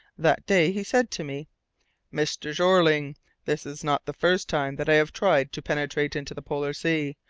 that day he said to me mr. jeorling this is not the first time that i have tried to penetrate into the polar sea,